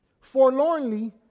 Forlornly